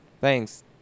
Thanks